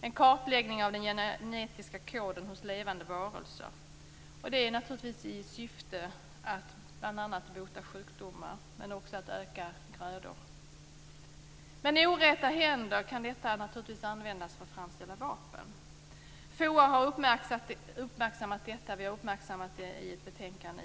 En kartläggning görs av den genetiska koden hos levande varelser, naturligtvis i syfte att bl.a. bota sjukdomar, men också att öka grödor. I orätta händer kan detta naturligtvis användas för att framställa vapen. FOA har uppmärksammat det här. Vi i utrikesutskottet uppmärksammar också frågan i ett betänkande.